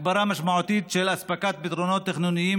הגברה משמעותית של אספקת פתרונות תכנוניים